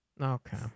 Okay